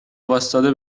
واستاده